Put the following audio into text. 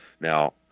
Now